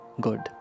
good